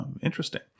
interesting